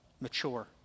mature